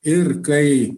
ir kai